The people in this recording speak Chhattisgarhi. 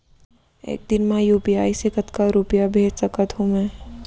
एक दिन म यू.पी.आई से कतना रुपिया भेज सकत हो मैं?